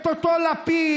את אותו לפיד,